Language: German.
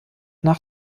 nach